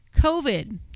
covid